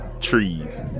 trees